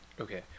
Okay